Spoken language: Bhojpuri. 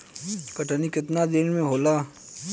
कटनी केतना दिन में होला?